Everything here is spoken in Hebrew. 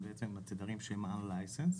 ובעצם התדרים שהם unlicensed,